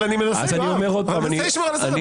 אני מנסה לשמור על הסדר.